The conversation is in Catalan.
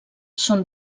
són